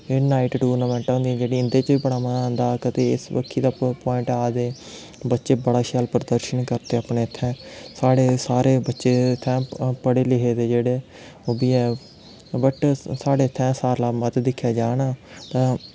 फिर night tournament होंदियां जेह्ड़ियां उं'दे च बी बड़ा मज़ा आंदा कदें इस बक्खी दा पुआंइट आदे दे बच्चे बड़ा शैल प्रदर्शन करदे अपने इत्थै साढ़े सारे बच्चे इत्थै पढ़े लिखे दे जेह्ड़े ओह् बी बट साढ़े इत्थै सारे कोला दा बद्ध दिक्खेआ जा ना